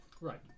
Right